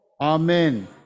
Amen